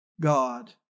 God